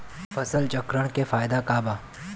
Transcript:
फसल चक्रण के फायदा का बा?